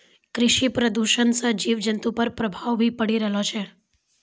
कृषि प्रदूषण से जीव जन्तु पर प्रभाव भी पड़ी रहलो छै